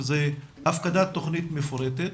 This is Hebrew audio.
שזה הפקדת תכנית מפורטת,